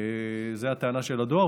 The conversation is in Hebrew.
זאת הטענה של הדואר.